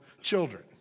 children